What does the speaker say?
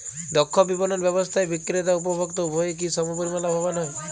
দক্ষ বিপণন ব্যবস্থায় বিক্রেতা ও উপভোক্ত উভয়ই কি সমপরিমাণ লাভবান হয়?